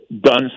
done